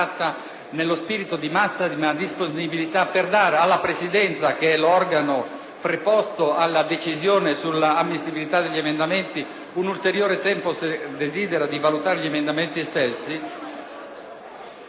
nello spirito di massima disponibilità per dare alla Presidenza, che è l'organo preposto alla decisione sull'ammissibilità degli emendamenti, un ulteriore tempo, se lo desidera, per valutare gli emendamenti stessi...